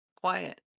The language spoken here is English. quiet